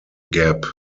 gap